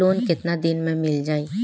Loan कितना दिन में मिल जाई?